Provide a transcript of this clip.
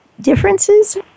differences